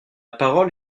parole